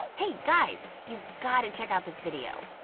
hey guys! you've gotta check out this video.